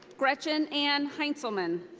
gretchen ann heintzelman.